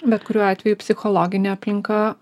bet kuriuo atveju psichologinė aplinka